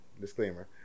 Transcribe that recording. Disclaimer